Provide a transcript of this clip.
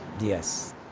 yes